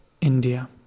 India